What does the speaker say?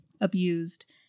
abused